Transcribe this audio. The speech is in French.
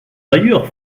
d’ailleurs